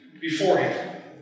beforehand